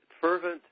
fervent